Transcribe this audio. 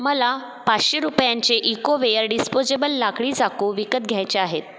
मला पाचशे रुपयांचे इकोवेअर डिस्पोजेबल लाकडी चाकू विकत घ्यायचे आहेत